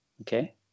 okay